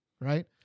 right